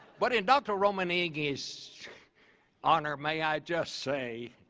but in dr. rominengi's honor may i just say,